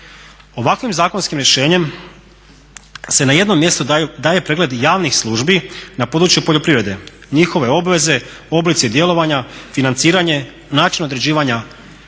Ovakvim zakonskim rješenjem se na jednom mjestu daje pregled javnih službi na području poljoprivrede, njihove obveze, oblici djelovanja, financiranje, način određivanja